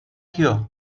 here